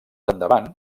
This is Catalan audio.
endavant